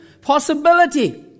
possibility